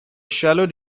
shallow